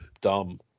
dumb